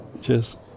Cheers